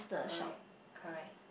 correct correct